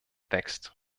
wächst